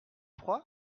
froid